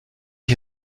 ich